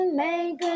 make